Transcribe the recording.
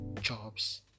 jobs